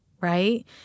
right